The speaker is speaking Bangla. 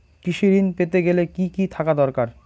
কৃষিঋণ পেতে গেলে কি কি থাকা দরকার?